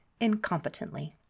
incompetently